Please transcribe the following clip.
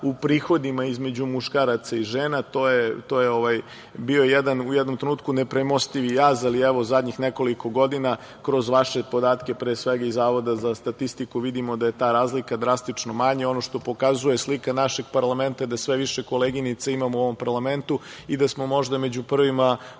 u prihodima između muškaraca i žena, to je bilo u jednom trenutku nepremostivi jaz, ali evo, zadnjih nekoliko godina kroz vaše podatke, pre svega i Zavoda za statistiku, vidimo da je ta razlika drastično manja. Ono što pokazuje slika našeg parlamenta je da sve više koleginice imamo u ovom parlamentu i da smo možda među prvima